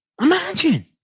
Imagine